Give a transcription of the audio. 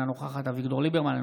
אינה נוכחת אביגדור ליברמן,